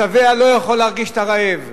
השבע לא יכול להרגיש את הרעב,